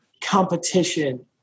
competition